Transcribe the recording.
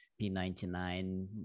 P99